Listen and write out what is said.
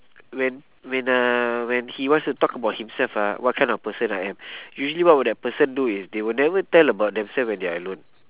when when uh when he wants to talk about himself ah what kind of person I am usually what would that person do is they will never tell about themselves when they're alone